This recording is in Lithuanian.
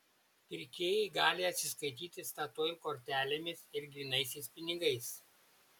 pirkėjai gali atsiskaityti statoil kortelėmis ir grynaisiais pinigais